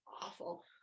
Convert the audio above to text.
awful